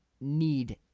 need